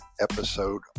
episode